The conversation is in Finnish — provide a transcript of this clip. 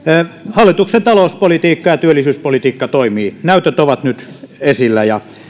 hallituksen talouspolitiikka ja työllisyyspolitiikka toimivat näytöt ovat nyt esillä